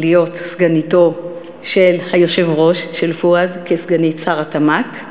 להיות סגניתו של היושב-ראש, של פואד,